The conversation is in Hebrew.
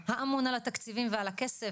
האמון על התקציבים ועל הכסף.